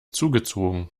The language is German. zugezogen